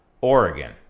Oregon